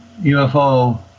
UFO